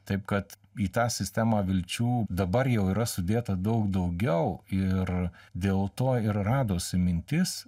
taip kad į tą sistemą vilčių dabar jau yra sudėta daug daugiau ir dėl to ir radosi mintis